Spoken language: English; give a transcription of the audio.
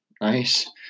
nice